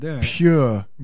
Pure